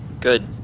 Good